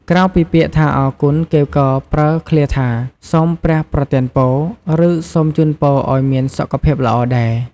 ក្រៅពីពាក្យថាអរគុណ គេក៏ប្រើឃ្លាថា សូមព្រះប្រទានពរ ឬ សូមជូនពរឱ្យមានសុខភាពល្អដែរ។